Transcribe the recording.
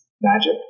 magic